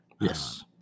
Yes